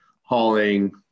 hauling